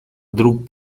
друг